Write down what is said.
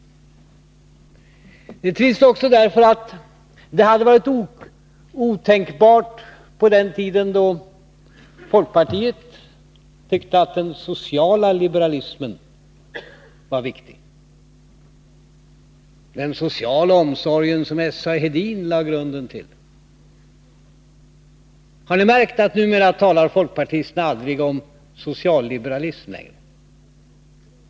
Det är trist också därför att detta hade varit otänkbart på den tid då folkpartiet tyckte att den sociala liberalismen var viktig, den sociala omsorg som S. A. Hedin lade grunden till. Har ni märkt att numera talar folkpartisterna aldrig om socialliberalism?